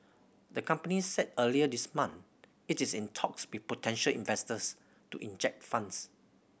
the company said earlier this month it's in talks with potential investors to inject funds